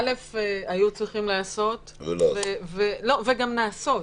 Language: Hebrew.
א', היו צריכים לעשות, וגם נעשה.